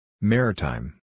Maritime